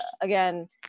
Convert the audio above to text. again